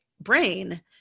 brain